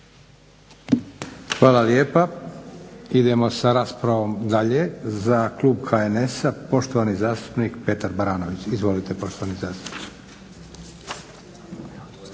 Hvala lijepa. Idemo sa raspravom dalje. Za klub HNS-a poštovani zastupnik Petar Baranović. Izvolite poštovani zastupniče.